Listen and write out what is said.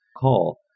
call